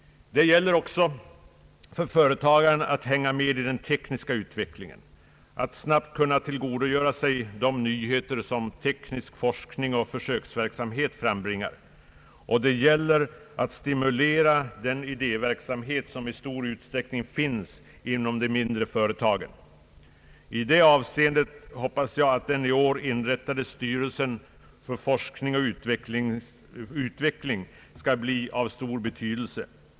Det gäller också för företagare att hänga med i den tekniska utvecklingen, att snabbt kunna tillgodogöra sig de nyheter som teknisk forskning och försöksverksamhet frambringar. Det gäller att stimulera den idéverksamhet som i stor utsträckning finns inom de mindre företagen. I detta avseende hoppas jag att den i år inrättade styrelsen för forskning och utveckling skall bli av stor betydelse.